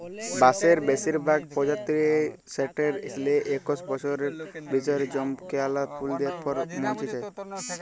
বাঁসের বেসিরভাগ পজাতিয়েই সাট্যের লে একস বসরের ভিতরে জমকাল্যা ফুল দিয়ার পর মর্যে যায়